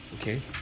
okay